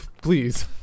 please